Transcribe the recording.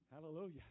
hallelujah